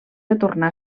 retornar